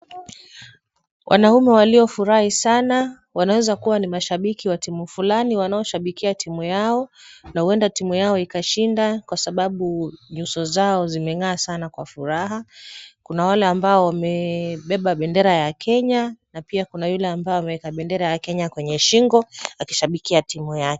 Wanaume waliofurahi sana wanaweza kuwa ni mashabiki wa timu fulani wanaoshabikia timu yao, na huenda timu yao ikashinda kwa sababu nyuso zao zimeng'aa sana kwa furaha, kuna wale ambao wamebeba bendera ya Kenya na pia kuna yule ambaye ameweka bendera ya Kenya kwenye shingo akishabikia timu yake.